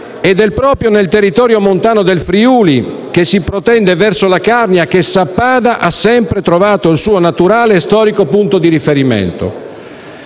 ed è proprio nel territorio montano del Friuli che si protende verso la Carnia che Sappada ha sempre trovato il suo naturale e storico punto di riferimento.